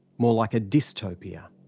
more like a dystopia.